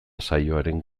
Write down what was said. saioaren